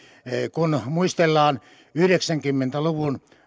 kun muistellaan yhdeksänkymmentä luvun